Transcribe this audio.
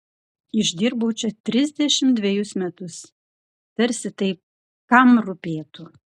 išdirbau čia trisdešimt dvejus metus tarsi tai kam rūpėtų